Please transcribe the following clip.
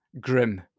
grim